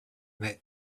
that